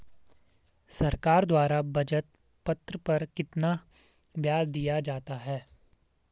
सरकार द्वारा बचत पत्र पर कितना ब्याज दिया जाता है?